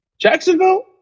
Jacksonville